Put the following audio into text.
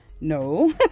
No